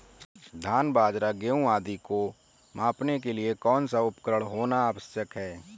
धान बाजरा गेहूँ आदि को मापने के लिए कौन सा उपकरण होना आवश्यक है?